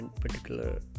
particular